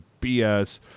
BS